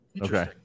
Okay